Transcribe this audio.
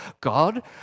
God